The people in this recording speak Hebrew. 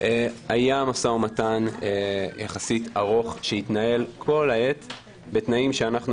היה משא ומתן ארוך יחסית שהתנהל כל העת בתנאים שאנחנו